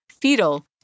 fetal